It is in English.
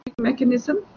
mechanism